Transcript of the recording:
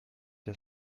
der